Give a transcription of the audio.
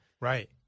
Right